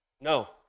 No